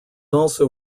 also